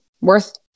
worth